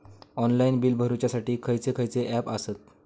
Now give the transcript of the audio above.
Online bill भरुच्यासाठी खयचे खयचे ऍप आसत?